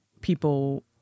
people